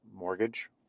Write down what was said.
Mortgage